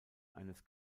eines